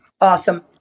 Awesome